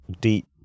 deep